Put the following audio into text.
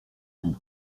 bout